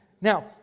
Now